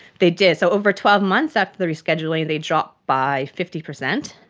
they did. so over twelve months after the rescheduling they dropped by fifty percent,